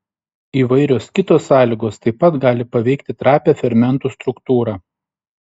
įvairios kitos sąlygos taip pat gali paveikti trapią fermentų struktūrą